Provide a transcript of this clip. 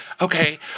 Okay